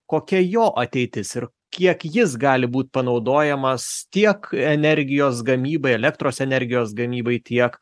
kokia jo ateitis ir kiek jis gali būt panaudojamas tiek energijos gamybai elektros energijos gamybai tiek